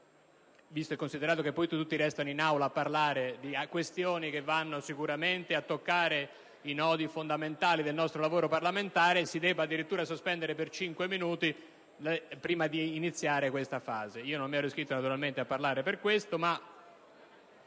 visto e considerato che poi tutti restano in Aula a parlare di questioni che vanno sicuramente a toccare i nodi fondamentali del nostro lavoro parlamentare, si debba addirittura sospendere per cinque minuti i lavori prima di iniziare questa fase. Naturalmente non mi ero iscritto a parlare per questo, ma